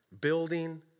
building